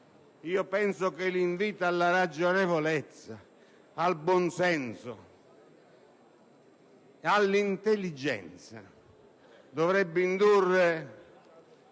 cui penso che l'invito alla ragionevolezza, al buonsenso e all'intelligenza dovrebbe indurre